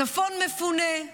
הצפון מפונה,